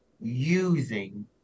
using